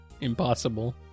impossible